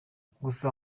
gusa